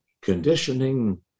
conditioning